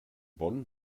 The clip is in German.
bonn